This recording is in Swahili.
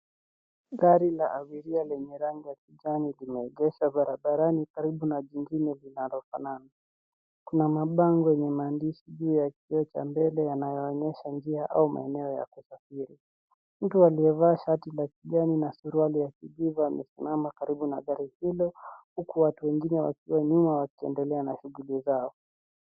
Gari la abiria lenye rangi ya kijani limeegeshwa barabarani karibu na jingine linalofanana ,kuna mabango yenye maandishi juu ya kioo mbele yanayoonyesha njia au maeneo ya kusafiri ,mtu aliyevaa shati la kijani na suruali ya kijivu amesimama karibu na gari hilo huku watu wengine wakiwa nyuma wakiendelea na shughuli zao.